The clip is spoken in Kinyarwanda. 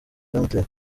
byamuteye